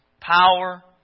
power